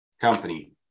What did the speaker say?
company